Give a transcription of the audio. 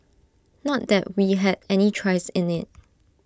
not that we had any choice in IT